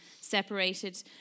separated